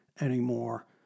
anymore